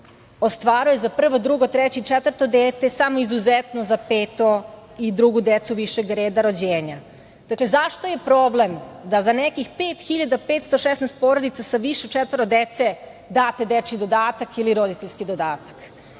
ostvaruje za prvo, drugo, treće i četvrto dete, samo izuzetno za peto i drugu decu višeg reda rođenja. Zašto je problem da za nekih 5.516 porodica sa više od četvoro dece date dečiji dodatak ili roditeljski dodatak?